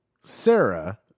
Sarah